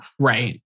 Right